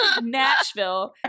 Nashville